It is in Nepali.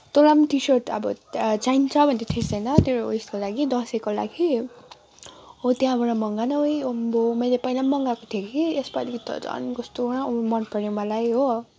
तँलाई पनि टी सर्ट अब चाहिन्छ भन्दैथिइस् होइन तेरो उइसको लागि दसैँको लागि हो त्यहाँबाट मगा न ओइ अब मैले पहिला पनि मगाएको थिएँ कि यसपाली त झन् कस्तो उ मन पऱ्यो मलाई हो